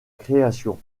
création